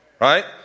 Right